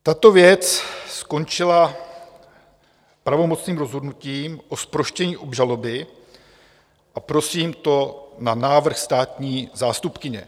Tato věc skončila pravomocným rozhodnutím o zproštění obžaloby, a prosím, to na návrh státní zástupkyně.